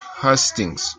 hastings